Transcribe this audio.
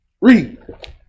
Read